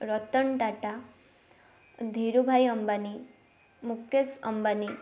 Ratan Tata Dhirubhai Ambani Mukesh Ambani